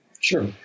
Sure